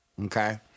okay